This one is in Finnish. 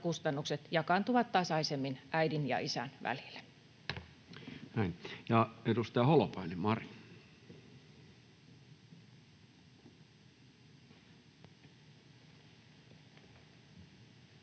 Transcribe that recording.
kustannukset jakaantuvat tasaisemmin äidin ja isän välillä. Näin. — Ja edustaja Holopainen, Mari. Arvoisa